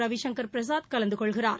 ரவி சங்கர் பிரசாத் கலந்து கொள்கிறார்